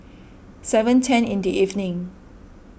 seven ten in the evening